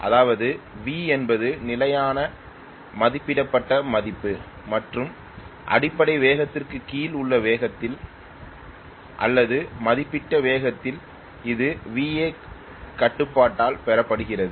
அதாவது V என்பது நிலையான மதிப்பிடப்பட்ட மதிப்பு மற்றும் அடிப்படை வேகத்திற்குக் கீழே உள்ள வேகத்தில் அல்லது மதிப்பிடப்பட்ட வேகத்தில் இது Va கட்டுப்பாட்டால் பெறப்படுகிறது